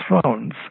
thrones